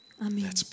Amen